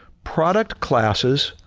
product classes,